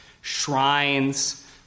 shrines